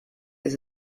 ist